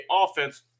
offense